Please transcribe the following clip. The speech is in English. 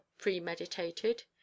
premeditated